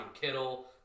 Kittle